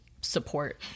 support